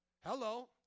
Hello